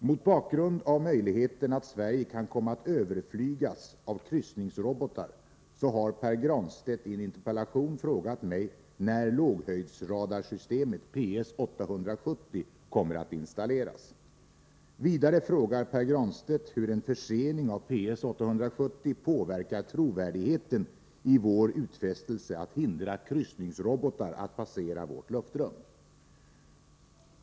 Herr talman! Mot bakgrund av möjligheten att Sverige kan komma att överflygas av kryssningsrobotar har Pär Granstedt i en interpellation frågat mig när låghöjdsradarsystemet PS 870 kommer att installeras. Vidare frågar Pär Granstedt hur en försening av PS 870 påverkar trovärdigheten i vår utfästelse att hindra kryssningsrobotar att passera vårt luftrum.